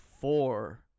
four